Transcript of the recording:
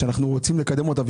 שאנחנו רוצים לקדם אותה,